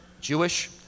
Jewish